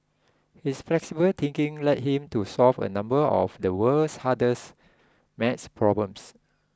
his flexible thinking led him to solve a number of the world's hardest math problems